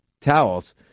towels